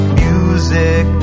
music